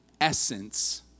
essence